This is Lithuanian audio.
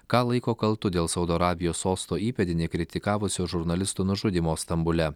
ką laiko kaltu dėl saudo arabijos sosto įpėdinį kritikavusio žurnalisto nužudymo stambule